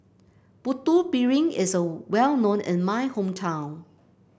Putu Piring is well known in my hometown